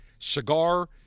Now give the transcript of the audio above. Cigar